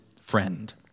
friend